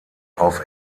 auf